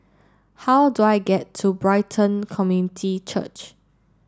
how do I get to Brighton Community Church